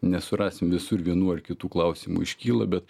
nesurasim visur vienų ar kitų klausimų iškyla bet